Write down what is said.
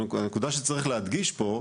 הנקודה שצריך להוסיף פה,